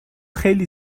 خیلی